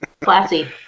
Classy